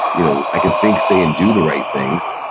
you know i can think, say, and do the right things,